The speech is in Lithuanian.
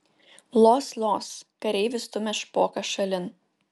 los los kareivis stumia špoką šalin